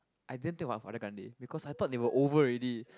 I didn't think about Ariana Grande because I thought they were over already